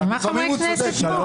למה חברי כנסת פה?